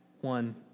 one